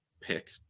pick